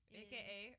aka